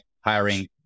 hiring